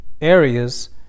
areas